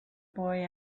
boy